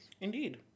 Indeed